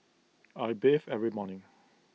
I bathe every morning